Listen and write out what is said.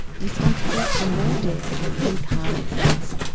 responsible for more deaths than car accidents.